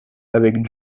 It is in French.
avec